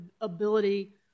ability